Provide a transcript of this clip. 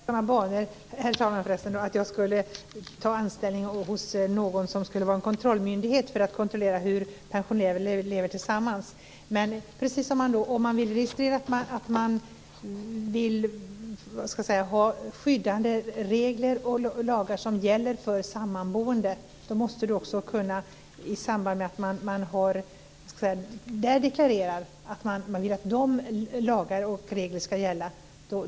Herr talman! Jag har inte funderat i samma banor, dvs. att jag skulle ta anställning hos någon kontrollmyndighet för att kontrollera hur pensionärer lever tillsammans. Om man vill ha skyddande lagar och regler som gäller för sammanboende måste man också i samband med det deklarera att de lagarna och reglerna ska gälla.